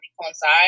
coincide